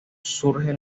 surge